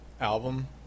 album